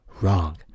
Wrong